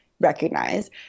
recognize